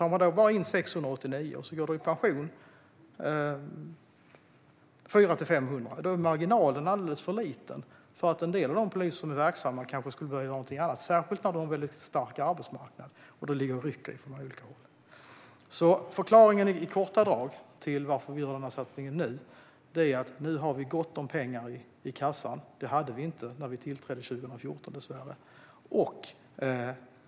Tar man då in bara 689 polisstudenter när 400-500 poliser går i pension är marginalen alldeles för liten. En del av de poliser som är verksamma kanske vill göra någonting annat, särskilt när arbetsmarknaden är mycket stark och många rycker i dem från olika håll. Förklaringen i korta drag till att vi gör denna satsning nu är att det nu finns gott om pengar i kassan. Det gjorde det dessvärre inte när vi tillträdde 2014.